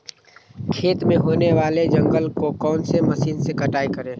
खेत में होने वाले जंगल को कौन से मशीन से कटाई करें?